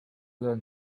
learn